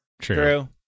True